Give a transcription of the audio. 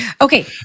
Okay